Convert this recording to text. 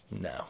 no